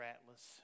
Atlas